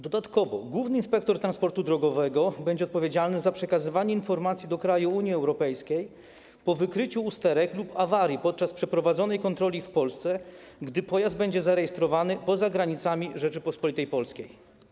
Dodatkowo główny inspektor transportu drogowego będzie odpowiedzialny za przekazywanie informacji do krajów Unii Europejskiej po wykryciu usterek lub awarii podczas przeprowadzonej kontroli w Polsce, gdy pojazd będzie zarejestrowany poza granicami Rzeczypospolitej Polskiej.